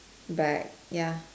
bag ya